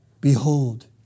Behold